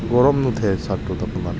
গৰম নুঠে চাৰ্টটোত আপোনাৰ